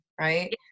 right